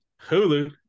Hulu